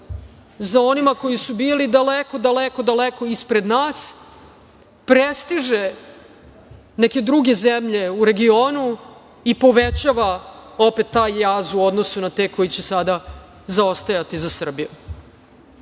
za onima koji su bili daleko, daleko ispred nas, prestiže neke druge zemlje u regionu i povećava opet taj jaz u odnosu na te koji će sada zaostajati za Srbijom. Plate